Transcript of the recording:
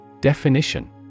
Definition